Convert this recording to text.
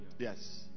Yes